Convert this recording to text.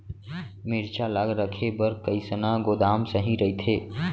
मिरचा ला रखे बर कईसना गोदाम सही रइथे?